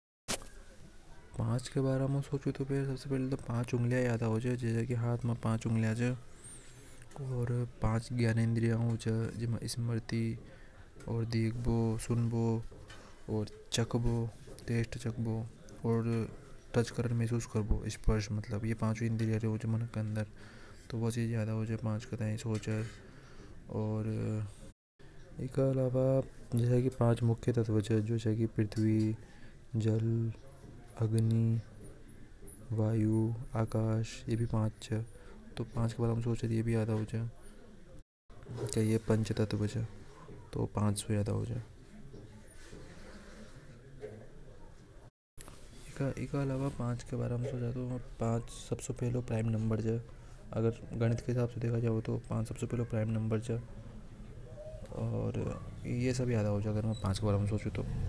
पांच के बारा में सोचो तो सबसे पहले तो पांच उंगलियों। याद आवे च ओर पांच जानेद्रीया होवे च जीमे स्मृति देखबो सुननूओ चकने में महसूस करनो टच करबो। ये पांच इन्द्रियां होवे चे एके अलावा पांच मुख्य तत्व च। पृथ्वी जल अग्नि वायु आकाश ये भी पांच रेवे तो ये भी आवे और पांच प्राइम नंबर रेवे अगर गणित के हिसाब से देखे तो।